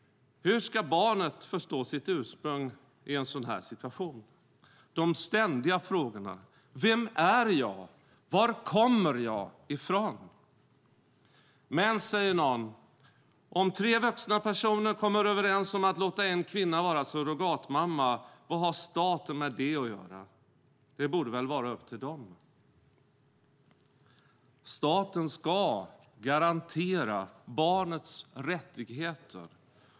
Hur ska barnet förstå sitt ursprung i en sådan här situation och få svar på de ständiga frågorna: Vem är jag? Var kommer jag ifrån? Men, säger någon, om tre vuxna personer kommer överens om att låta en kvinna vara surrogatmamma, vad har staten med det att göra? Det borde väl vara upp till dem. Staten ska garantera barnets rättigheter.